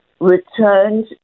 returned